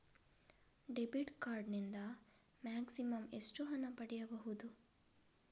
Debit card ನಿಂದ maximum ಎಷ್ಟು ಹಣ ಪಡೆಯಬಹುದು?